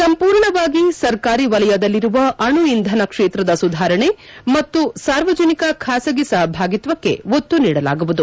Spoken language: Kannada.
ಸಂಪೂರ್ಣವಾಗಿ ಸರ್ಕಾರಿ ವಲಯದಲ್ಲಿರುವ ಅಣು ಇಂಧನ ಕ್ಷೇತ್ರದ ಸುಧಾರಣೆ ಮತ್ತು ಸಾರ್ವಜನಿಕ ಖಾಸಗಿ ಸಪಭಾಗಿತ್ವಕ್ಕೆ ಒತ್ತು ನೀಡಲಾಗುವುದು